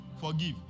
Forgive